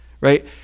Right